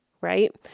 right